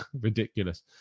Ridiculous